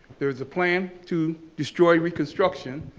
there was a plan to destroy reconstruction.